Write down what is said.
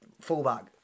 fullback